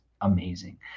amazing